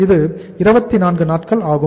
இது 24 நாட்கள் ஆகும்